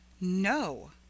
No